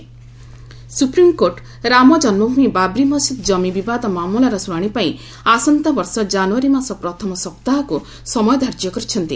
SP Ayodhya supreme court Ram Janmabhoomi Babri Masjid ଜମି ବିବାଦ ମାମଲାର ଶୁଣାଣି ପାଇଁ ଆସନ୍ତା ବର୍ଷ ଜାନୁୟାରୀ ମାସ ପ୍ରଥମ ସପ୍ତାହକୁ ସମୟ ଧାର୍ଯ୍ୟ କରିଛନ୍ତି